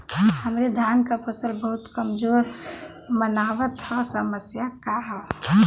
हमरे धान क फसल बहुत कमजोर मनावत ह समस्या का ह?